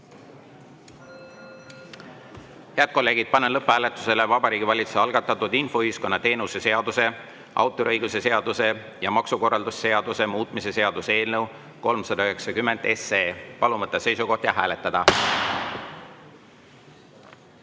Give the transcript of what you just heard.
kolleegid, panen lõpphääletusele Vabariigi Valitsuse algatatud infoühiskonna teenuse seaduse, autoriõiguse seaduse ja maksukorralduse seaduse muutmise seaduse eelnõu 390. Palun võtta seisukoht ja hääletada!